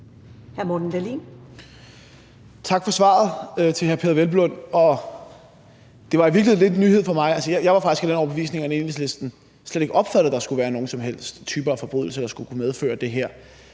for svaret. Det var i virkeligheden lidt en nyhed for mig. Jeg var faktisk af den overbevisning, at Enhedslisten slet ikke mente, at der skulle være nogen som helst type forbrydelse, der skulle kunne medføre det her.